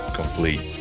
complete